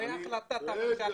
בהחלטת הממשלה